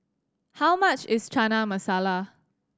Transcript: how much is Chana Masala